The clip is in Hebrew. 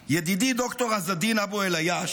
ידידי ד"ר עז א-דין אבו אל-עייש,